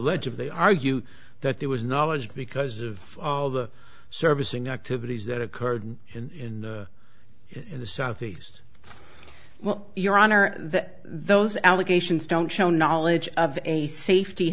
ledge of the argue that there was knowledge because of all the servicing activities that occurred in the southeast well your honor that those allegations don't show knowledge of a safety